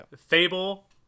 Fable